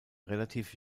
relativ